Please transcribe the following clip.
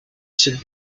should